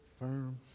firm